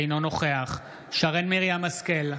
אינו נוכח שרן השכל,